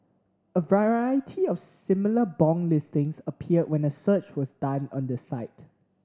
a variety of similar bong listings appeared when a search was done on the site